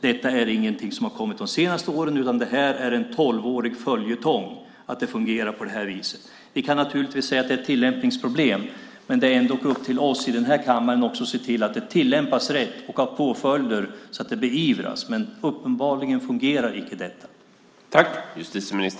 Detta är ingenting som har kommit de senaste åren, utan det är en tolvårig följetong att det fungerar på det här viset. Vi kan naturligtvis säga att det är tillämpningsproblem, men det är ändå upp till oss i denna kammare att se till att det tillämpas rätt och att det blir påföljder så att det beivras. Men uppenbarligen fungerar detta inte.